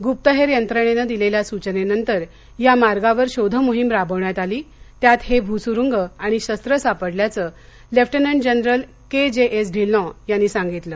गुप्तहेर यंत्रणेनं दिलेल्या सूचनेनंतर या मार्गावर शोधमोहीम राबवण्यात आली त्यात हे भूसुरुंग आणि शस्त्रं सापडल्याचं लेफ्टनंट जनरल केजेएस ढिल्लन यांनी सांगितलं